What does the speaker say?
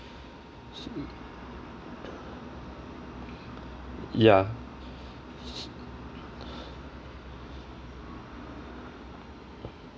ya